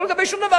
לא לגבי שום דבר,